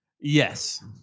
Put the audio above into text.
Yes